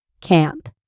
Camp